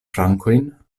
frankojn